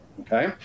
Okay